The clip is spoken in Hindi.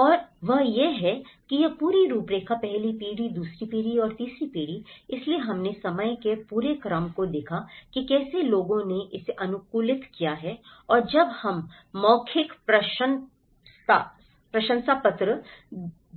और वह यह है कि यह पूरी रूपरेखा पहली पीढ़ी दूसरी पीढ़ी और तीसरी पीढ़ी इसलिए हमने समय के पूरे क्रम को देखा कि कैसे लोगों ने इसे अनुकूलित किया है और जब हम मौखिक प्रशंसापत्र